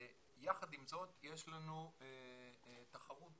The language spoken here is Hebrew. יחד עם זאת יש לנו תחרות בפתח.